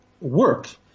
work